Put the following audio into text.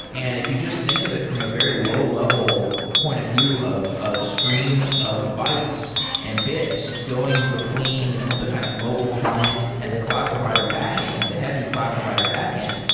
and if you just think of it from a very low level point of view of of streams of bytes and bits going between the kind of mobile client and the cloud provider backend, the heavy cloud provider backend,